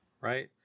right